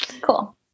Cool